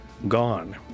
Gone